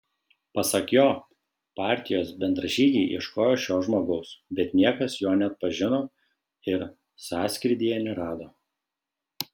pasak jo partijos bendražygiai ieškojo šio žmogaus bet niekas jo neatpažino ir sąskrydyje nerado